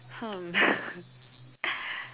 hmm